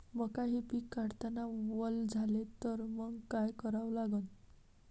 मका हे पिक काढतांना वल झाले तर मंग काय करावं लागन?